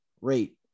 rate